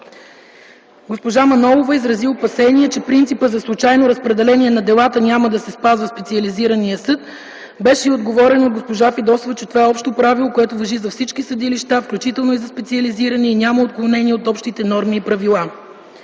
Госпожа Мая Манолова изрази опасение, че принципът за случайно разпределение на делата няма да се спазва в специализирания съд. Беше й отговорено от госпожа Фидосова, че това е общо правило, което важи за всички съдилища, включително и за специализирани, и няма отклонение от общите норми и правила.